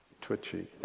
twitchy